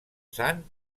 sant